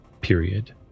period